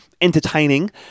entertaining